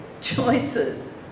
choices